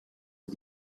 est